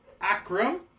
Akram